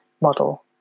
model